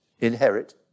inherit